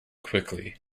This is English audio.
quickly